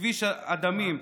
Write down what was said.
כביש הדמים,